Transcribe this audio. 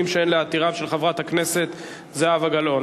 שאין להתירם) של חברת הכנסת זהבה גלאון,